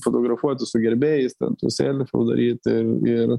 fotografuotis su gerbėjais ten tų selfių daryt ir ir